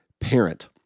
parent